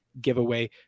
giveaway